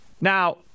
Now